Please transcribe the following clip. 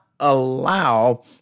Allow